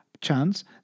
chance